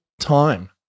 time